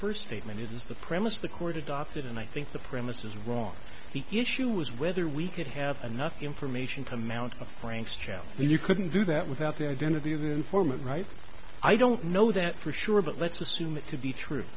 first statement is the premise the court adopted and i think the premise is wrong the issue was whether we could have enough information to mount a frank's challenge you couldn't do that without the identity of the informant right i don't know that for sure but let's assume it to be true